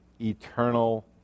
eternal